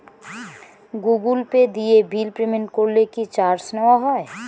Google Pay দিয়ে bill payment করলে কি চার্জ নেওয়া হয়?